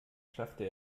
schaffte